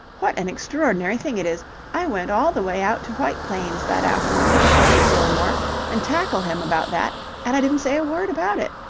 what an extraordinary thing it is i went all the way out to white plains that afternoon to find fillmore and tackle him about that and i didn't say a word about it.